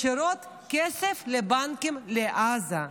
ישירות כסף לבנקים לעזה.